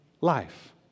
life